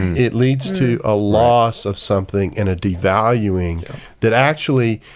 it leads to a loss of something and a devaluing that actually